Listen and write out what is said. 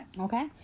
Okay